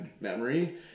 memory